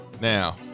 Now